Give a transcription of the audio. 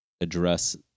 address